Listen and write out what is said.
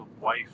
wife